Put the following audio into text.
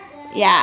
ya